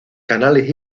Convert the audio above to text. canales